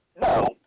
No